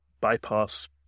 bypass